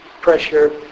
pressure